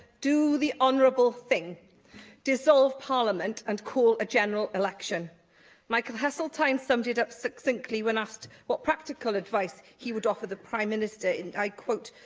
do the honourable thing dissolve parliament and call a general election michael heseltine summed it up succinctly when asked what practical advice he would offer the prime minister and i quote,